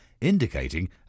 indicating